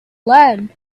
learn